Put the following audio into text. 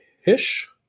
Hish